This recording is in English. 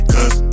Cause